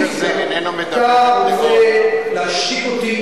החוק הזה איננו מדבר, אתה רוצה להשתיק אותי.